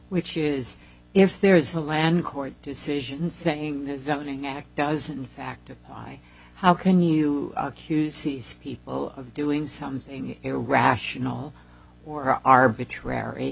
which is if there is a land court decision saying this zoning act does in fact i how can you accuse these people of doing something irrational or arbitrary